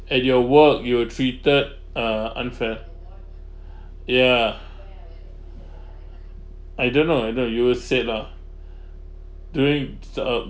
at your work you were treated uh unfair ya I don't know whether you said lah during the um